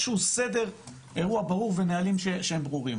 שהוא סדר אירוע ברור ונהלים שהם ברורים.